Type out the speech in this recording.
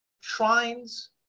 shrines